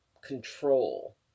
control